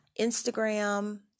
instagram